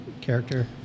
character